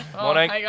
morning